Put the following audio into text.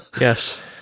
Yes